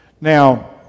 Now